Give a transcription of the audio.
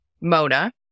Mona